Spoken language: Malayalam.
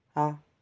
ആ